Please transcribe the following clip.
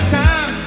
time